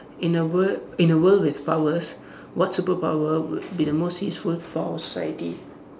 in a wor~ in a world with powers what superpower would be the most useful for our scienti~